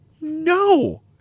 no